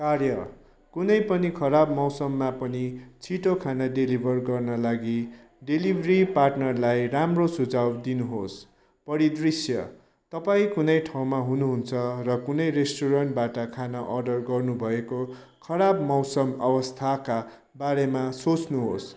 कार्य कुनै पनि खराब मौसममा पनि छिटो खाना डेलिभर गर्न लागि डेलिभरी पार्टनरलाई राम्रो सुझाउ दिनुहोस् परिदृश्य तपाईँँ कुनै ठाउँमा हुनुहुन्छ र कुनै रेस्टुरेन्टबाट खाना अर्डर गर्नुभएको खराब मौसम अवस्थाका बारेमा सोच्नुहोस्